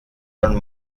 und